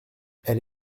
elle